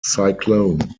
cyclone